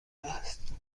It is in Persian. است